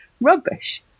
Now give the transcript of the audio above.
rubbish